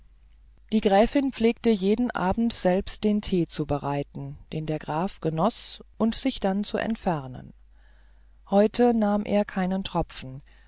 die gräfin pflegte jeden abend selbst den tee zu bereiten den der graf genoß und sich dann zu entfernen heute nahm er keinen tropfen